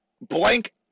blank